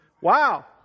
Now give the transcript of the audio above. Wow